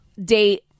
date